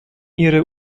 ihre